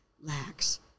lacks